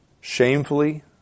Shamefully